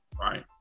right